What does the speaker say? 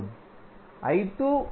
எனவே நீங்கள் என்ன எழுதுவீர்கள்